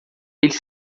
eles